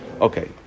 Okay